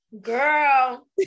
Girl